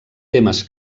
temes